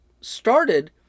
started